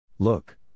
Look